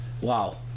Wow